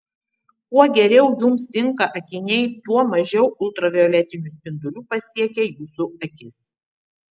kuo geriau jums tinka akiniai tuo mažiau ultravioletinių spindulių pasiekia jūsų akis